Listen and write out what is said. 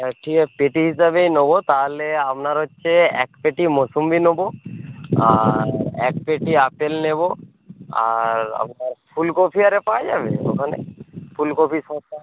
ঠিক আছে পেটি হিসাবেই নেব তাহলে আপনার হচ্ছে এক পেটি মুসাম্বি নেবো আর এক পেটি আপেল নেবো আর আপনার ফুলকপি আরে পাওয়া যাবে ওখানে ফুলকপি শসা